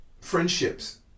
Friendships